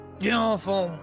beautiful